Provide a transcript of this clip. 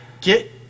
get